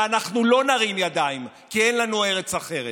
ואנחנו לא נרים ידיים, כי אין לנו ארץ אחרת.